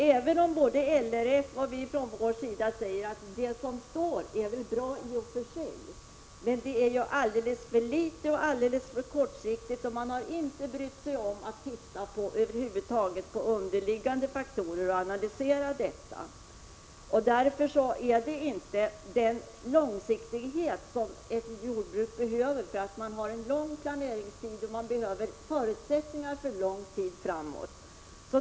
Även om både LRF och vi från vår sida säger att det som står där väl är bra i och för sig — men det är alldeles för litet och alldeles för kortsiktigt, och man har över huvud taget inte brytt sig om att titta närmare på underliggande faktorer och analysera dem. Därför innebär det inte den långsiktighet som ett jordbruk behöver — man har lång planeringstid, och man behöver känna till förutsättningarna för lång tid framåt.